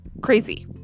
Crazy